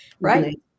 Right